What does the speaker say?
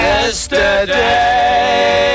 Yesterday